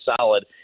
solid